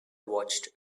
watched